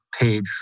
page